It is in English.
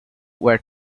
were